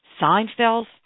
Seinfeld's